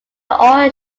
all